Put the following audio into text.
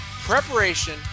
preparation